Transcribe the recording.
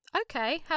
Okay